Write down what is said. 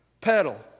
Pedal